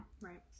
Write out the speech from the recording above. Right